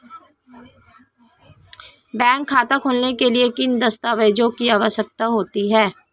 Bank खाता खोलने के लिए किन दस्तावेज़ों की आवश्यकता होती है?